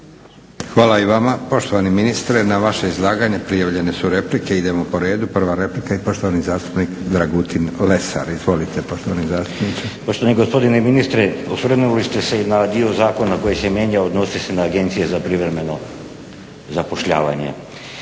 Hvala i vama poštovani ministre. Na vaše izlaganje prijavljene su replike, idemo po redu. Prva replika i poštovani zastupnik Dragutin Lesar. Izvolite poštovani zastupniče. **Lesar, Dragutin (Hrvatski laburisti - Stranka rada)** Poštovani gospodine ministre, osvrnuli ste se i na dio zakona koji se mijenja. Odnosi se na Agencije za privremeno zapošljavanje.